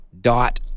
dot